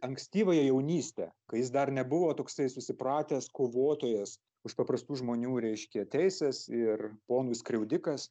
ankstyvąją jaunystę kai jis dar nebuvo toksai susipratęs kovotojas už paprastų žmonių reiškia teises ir ponų skriaudikas